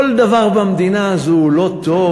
כל דבר במדינה הזאת הוא לא טוב?